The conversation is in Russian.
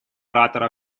оратора